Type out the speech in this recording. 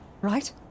Right